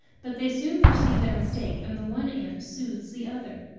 but they soon perceive their mistake, and the one ant soothes the other.